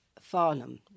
Farnham